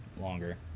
longer